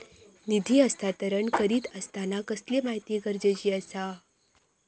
निधी हस्तांतरण करीत आसताना कसली माहिती गरजेची आसा?